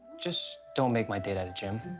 just don't make my date at a gym.